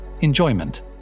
enjoyment